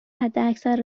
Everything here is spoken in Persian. حداکثر